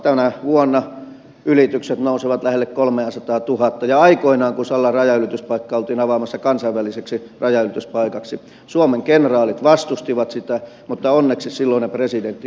tänä vuonna ylitykset nousevat lähelle kolmeasataatuhatta ja aikoinaan kun sallan rajanylityspaikka oltiin avaamassa kansainväliseksi rajanylityspaikaksi suomen kenraalit vastustivat sitä mutta onneksi silloinen presidentti käveli heidän ylitseen